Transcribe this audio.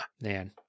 man